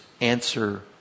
answer